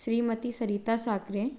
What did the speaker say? Shrimati Sarita Sakre